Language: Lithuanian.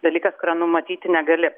dalykas kurio numatyti negali